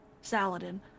Saladin